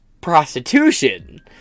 prostitution